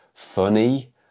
funny